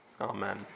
Amen